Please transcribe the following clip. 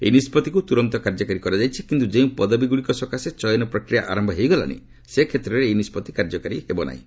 ଏହି ନିଷ୍ପଭିକୁ ତୁରନ୍ତ କାର୍ଯ୍ୟକାରୀ କରାଯାଇଛି କିନ୍ତୁ ଯେଉଁ ପଦବୀଗୁଡ଼ିକ ସକାଶେ ଚୟନ ପ୍ରକ୍ରିୟା ଆରମ୍ଭ ହୋଇଗଲାଣି ସେ କ୍ଷେତ୍ରରେ ଏହି ନିଷ୍ପଭି କାର୍ଯ୍ୟକାରି କରାଯିବ ନାହିଁ